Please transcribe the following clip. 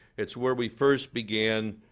it's where we first began,